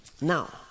now